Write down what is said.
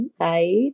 Hi